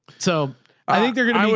so i think they're going um